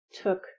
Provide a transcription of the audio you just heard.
took